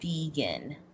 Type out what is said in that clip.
vegan